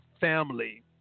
family